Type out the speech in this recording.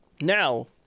Now